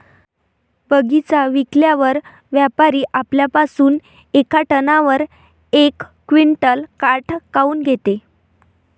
बगीचा विकल्यावर व्यापारी आपल्या पासुन येका टनावर यक क्विंटल काट काऊन घेते?